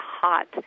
hot